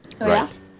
Right